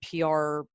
pr